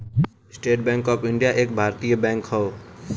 estate Bank of India एक भारतीय बैंक हौ